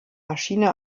maschine